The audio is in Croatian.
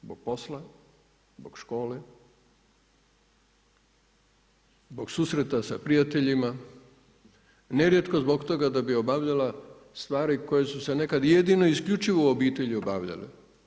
Zbog posla, zbog škole, zbog susreta sa prijateljima, nerijetko zbog toga da bi obavljala stvari koji su se nekad jedino i isključivo obitelji obavljale.